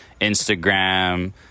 Instagram